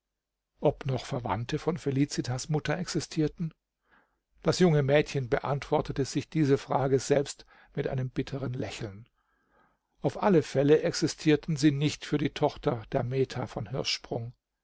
ob noch verwandte von felicitas mutter existierten das junge mädchen beantwortete sich diese frage selbst mit einem bitteren lächeln auf alle fälle existierten sie nicht für die tochter der meta von